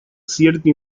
cierta